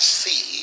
see